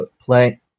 play